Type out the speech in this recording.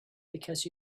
because